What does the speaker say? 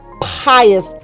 pious